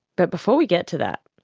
but before we get to that,